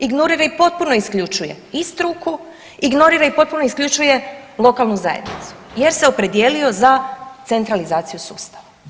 Ignorira i potpuno isključuje i struku, ignorira i potpuno isključuje lokalnu zajednicu jer se opredijelio za centralizaciju sustava.